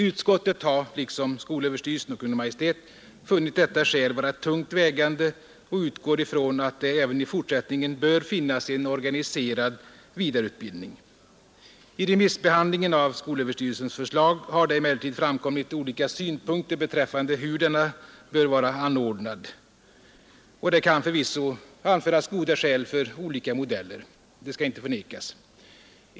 Utskottet har liksom skolöverstyrelsen och Kungl. Maj:t funnit detta skäl vara tungt vägande och utgår ifrån att det även i fortsättningen bör finnas en organiserad vidareutbildning. Vid remissbehandlingen av skolöverstyrelsens förslag har det emellertid framkommit olika synpunkter på hur vidareutbildningen bör vara anordnad, och det kan förvisso anföras goda skäl för olika modeller — det skall inte förnekas.